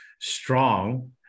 strong